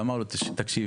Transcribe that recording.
ואמר לו: תקשיב,